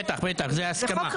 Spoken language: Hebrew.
בטח, זו הסכמה.